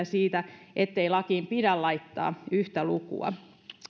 siitä ettei lakiin pidä laittaa yhtä lukua